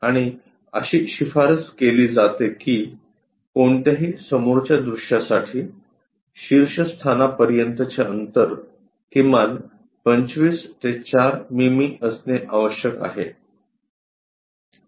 आणि अशी शिफारस केली जाते की कोणत्याही समोरच्या दृश्यासाठी शीर्षस्थानापर्यंतचे अंतर किमान 25 ते 4 मिमी असणे आवश्यक आहे